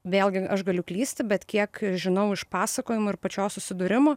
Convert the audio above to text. vėlgi aš galiu klysti bet kiek žinau iš pasakojimų ir pačios susidūrimų